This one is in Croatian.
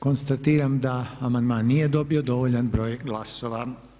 Konstatiram da amandman nije dobio dovoljan broj glasova.